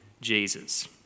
Jesus